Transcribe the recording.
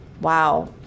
wow